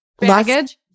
Baggage